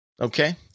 Okay